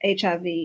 HIV